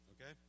okay